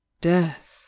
death